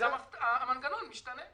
אז המנגנון משתנה.